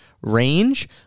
range